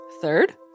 Third